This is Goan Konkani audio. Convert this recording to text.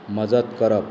मजत करप